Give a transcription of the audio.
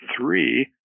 three